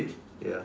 ya